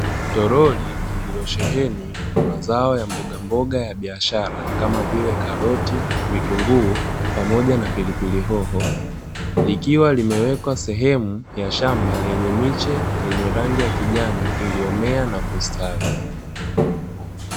Tolori lililosheheni mazao ya mbogamboga ya biashara kama vile karoti, vitunguu pamoja na pilipili hoho, likiwa limewekwa sehemu ya shamba yenye miche yenye rangi ya kijani iliyomea na kustawi.